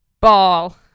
ball